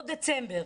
או דצמבר,